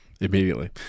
Immediately